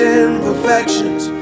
imperfections